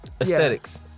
Aesthetics